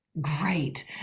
Great